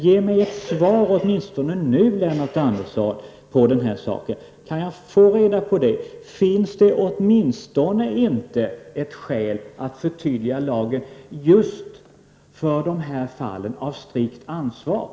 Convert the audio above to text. Ge mig ett besked på denna punkt, Lennart Andersson. Kan jag få reda på om det åtminstone inte finns ett skäl att förtydliga lagen just för dessa fall av strikt ansvar?